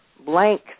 blank